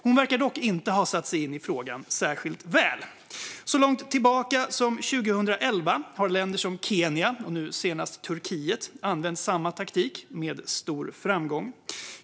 Hon verkar dock inte ha satt sig in i frågan särskilt väl. Så långt tillbaka som 2011 har länder som Kenya och nu senast Turkiet använt samma taktik med stor framgång.